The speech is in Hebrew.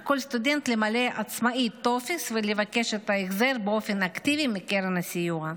על כל סטודנט למלא עצמאית טופס ולבקש את ההחזר באופן אקטיבי מקרן הסיוע.